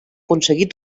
aconseguit